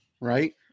right